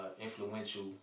influential